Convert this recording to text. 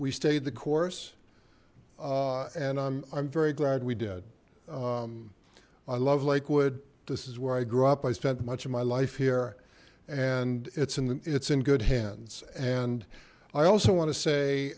we stayed the course and i'm very glad we did i love like wood this is where i grew up i spent much of my life here and it's an it's in good hands and i also want to say